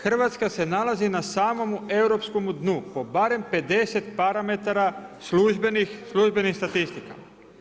Hrvatska se nalazi na samom europskom dnu po barem 50 parametara službenih statistika.